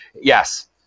yes